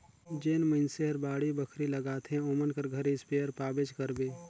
जेन मइनसे हर बाड़ी बखरी लगाथे ओमन कर घरे इस्पेयर पाबेच करबे